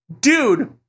dude